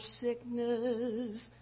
sickness